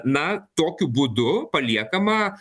na tokiu būdu paliekama